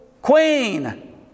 Queen